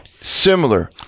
Similar